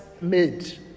made